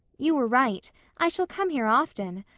you were right i shall come here often.